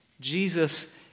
Jesus